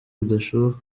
bidashoboka